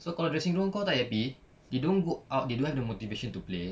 so kalau dressing room kau tak happy they don't go out they don't have the motivation to play